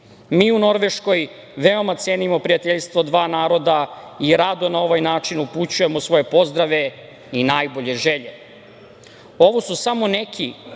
Mi u Norveškoj veoma cenimo prijateljstvo dva naroda i rado na ovaj način upućujemo svoje pozdrave i najbolje želje. Ovo su samo neki